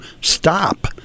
stop